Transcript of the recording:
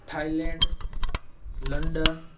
Thailand London